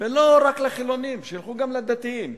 ולא רק לחילונים, שילכו גם לדתיים,